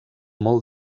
molt